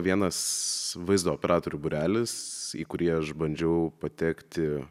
vienas vaizdo operatorių būrelis į kurį aš bandžiau patekti